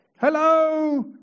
Hello